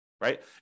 right